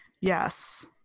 Yes